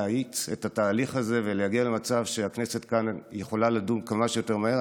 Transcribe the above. להאיץ את התהליך הזה ולהגיע למצב שהכנסת יכולה לדון כמה שיותר מהר.